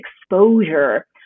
exposure